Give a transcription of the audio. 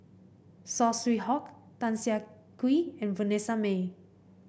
Saw Swee Hock Tan Siah Kwee and Vanessa Mae